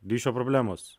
ryšio problemos